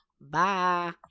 Bye